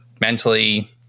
mentally